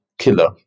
Killer